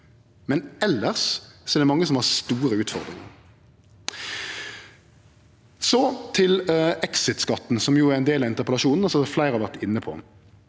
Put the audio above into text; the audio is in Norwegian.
men elles er det mange som har store utfordringar. Så til exit-skatten, som er ein del av interpellasjonen, og som fleire har vore inne på.